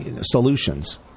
solutions